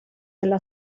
alla